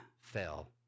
fell